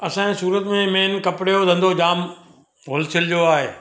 असांजे सूरत में मेन कपिड़े जो धंधो जाम होलसेल जो आहे